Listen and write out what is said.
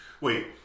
Wait